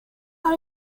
are